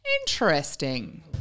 Interesting